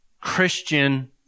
Christian